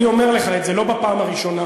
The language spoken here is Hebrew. אני אומר לך את זה לא בפעם הראשונה.